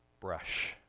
brush